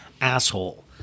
asshole